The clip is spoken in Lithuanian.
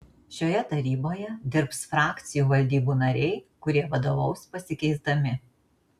šioje taryboje dirbs frakcijų valdybų nariai kurie vadovaus pasikeisdami